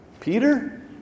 Peter